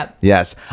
Yes